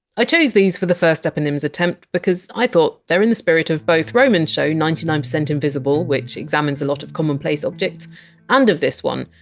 i chose these for the first eponyms attempt because i thought they are in the spirit of both roman's show ninety nine percent invisible, which examines a lot of commonplace ah and of this one,